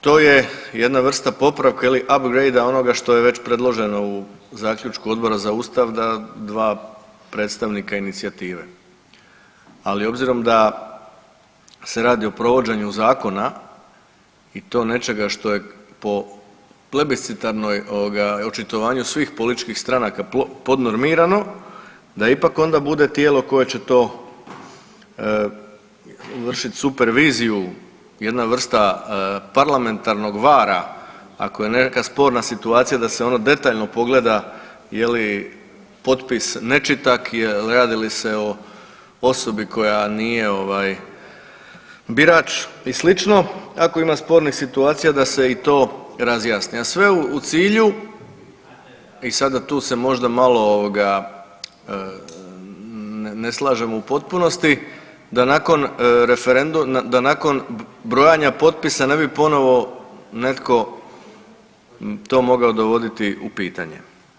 To je jedna vrsta popravka ili abrejda onoga što je već predloženo u zaključku Odbora za Ustav da dva predstavnika inicijative, ali obzirom da se radi o provođenju zakona i to nečega što je po plebiscitarnoj ovoga očitovanju svih političkih stranaka podnormirano da ipak onda bude tijelo koje će to vršit superviziju, jedna vrsta parlamentarnog vara, ako je neka sporna situacija da se ono detaljno pogleda je li potpis nečitak, radi li se o osobi koja nije ovaj birač i slično, ako ima spornih situacija da se i to razjasni, a sve u cilju i sada tu se možda malo ovoga ne slažem u potpunosti da nakon brojanja potpisa ne bi ponovo netko to mogao dovoditi u pitanje.